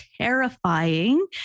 terrifying